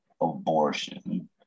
abortion